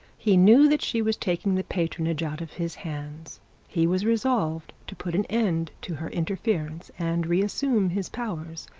he knew that she was taking the patronage out of his hands he was resolved to put an end to her interference, and re-assume his powers.